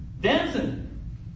dancing